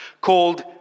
called